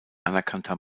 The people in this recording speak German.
anerkannter